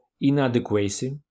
inadequacy